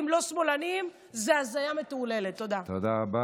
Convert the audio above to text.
אתה יודע מה